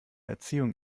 erziehung